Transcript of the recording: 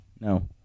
No